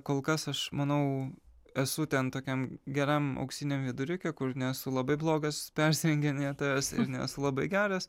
kol kas aš manau esu ten tokiam geram auksiniam viduriuke kur nesu labai blogas persirenginėtojas ir nesu labai geras